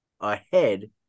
ahead